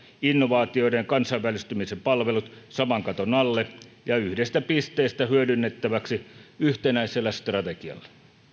innovaatioiden ja kansainvälistymisen palvelut saman katon alle ja yhdestä pisteestä hyödynnettäväksi yhtenäisellä strategialla